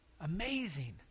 Amazing